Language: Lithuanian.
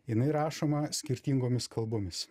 jinai rašoma skirtingomis kalbomis